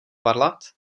varlat